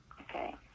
okay